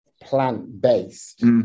plant-based